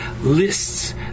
lists